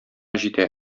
җитә